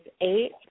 eight